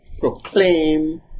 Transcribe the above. proclaim